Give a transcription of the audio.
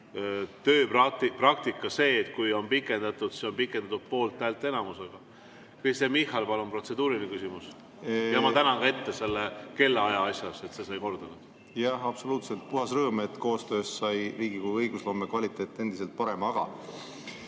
tööpraktika see, et kui on pikendatud, siis on pikendatud poolthäälte enamusega. Kristen Michal, palun, protseduuriline küsimus! Ja ma tänan selle kellaaja asjas, et see sai korda. Jah, absoluutselt puhas rõõm, et koostöös sai Riigikogu õigusloome kvaliteet endisest parem. Aga